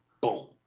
boom